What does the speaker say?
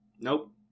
Nope